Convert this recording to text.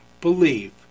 believe